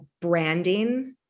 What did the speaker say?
branding